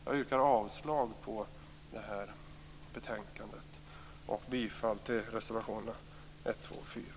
Jag yrkar avslag på hemställan i betänkandet samt bifall till reservationerna 1, 2 och 4.